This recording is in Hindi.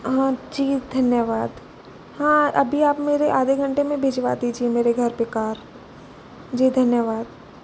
जी धन्यवाद हाँ अभी आप मेरे आधे घंटे में भिजवा दीजिए मेरे घर पे कार जी धन्यवाद